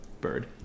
bird